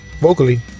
vocally